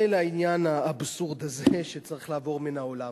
זה לעניין האבסורד הזה, שצריך לעבור מן העולם.